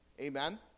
Amen